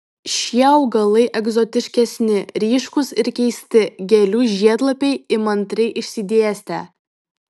šie augalai egzotiškesni ryškūs ir keisti gėlių žiedlapiai įmantriai išsidėstę